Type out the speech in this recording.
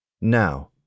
Now